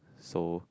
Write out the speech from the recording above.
so